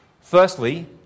firstly